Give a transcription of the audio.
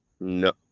No